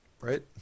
Right